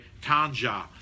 Tanja